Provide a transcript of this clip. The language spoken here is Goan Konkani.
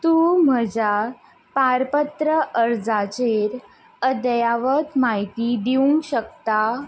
तूं म्हज्या पारपत्र अर्जाचेर अध्यावत म्हायती दिवंक शकता